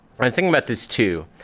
a thing about this two,